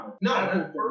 no